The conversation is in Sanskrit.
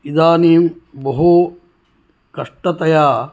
इदानीं बहुकष्टतया